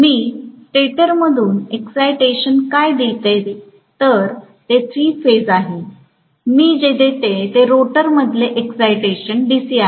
मी स्टेटरमधून एक्सायटेशन काय देते तर ते थ्री फेज आहे मी जे देते ते रोटर मधले एक्सायटेशन डीसी आहे